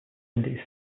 indies